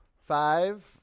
Five